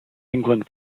england